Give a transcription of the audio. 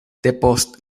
depost